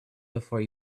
before